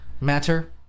Matter